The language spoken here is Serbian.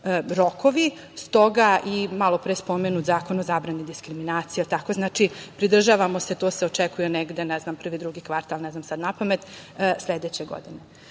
rokovi. S toga, i malopre spomenut Zakon o zabrani diskriminacije. Znači, pridržavamo se, to se očekuje negde, ne znam prvi, drugi kvartal, ne znam sad napamet, sledeće godine. Ali,